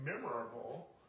memorable